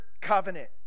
covenant